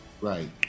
Right